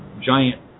giant